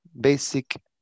basic